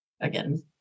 again